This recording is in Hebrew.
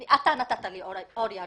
אתה נתת לי אור ירוק,